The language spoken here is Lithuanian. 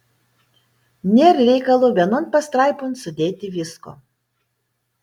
nėr reikalo vienon pastraipon sudėti visko